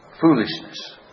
Foolishness